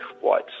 white